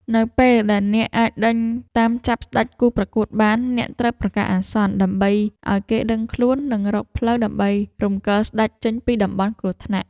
នៅពេលដែលអ្នកអាចដេញតាមចាប់ស្តេចគូប្រកួតបានអ្នកត្រូវប្រកាសអាសន្ន ដើម្បីឱ្យគេដឹងខ្លួននិងរកផ្លូវដើម្បីរំកិលស្តេចចេញពីតំបន់គ្រោះថ្នាក់។